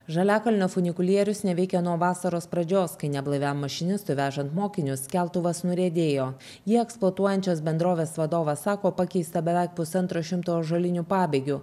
žaliakalnio funikulierius neveikia nuo vasaros pradžios kai neblaiviam mašinistui vežant mokinius keltuvas nuriedėjo jį eksploatuojančios bendrovės vadovas sako pakeista beveik pusantro šimto ąžuolinių pabėgių